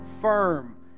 firm